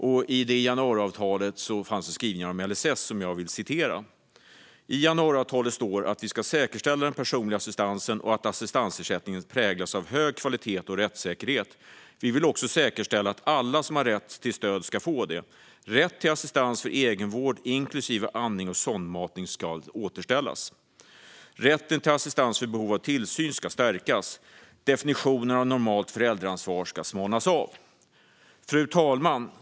I det avtalet finns det skrivningar om LSS som jag vill citera. Det står att vi ska säkerställa "att den personliga assistansen och assistansersättningen präglas av hög kvalitet och rättssäkerhet". Vi vill också säkerställa att "alla som har rätt till stöd ska få det. Rätt till assistans för egenvård, inklusive andning och sondmatning, ska återställas . Rätten till assistans för behov av tillsyn ska stärkas. Definitionen av normalt föräldraansvar ska smalnas av." Fru talman!